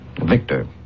Victor